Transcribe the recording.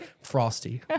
Frosty